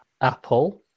apple